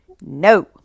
no